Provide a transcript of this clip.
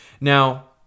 Now